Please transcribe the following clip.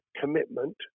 commitment